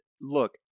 look